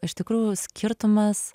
iš tikrųjų skirtumas